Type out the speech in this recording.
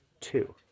two